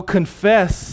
confess